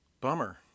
bummer